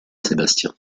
sébastien